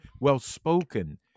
Well-spoken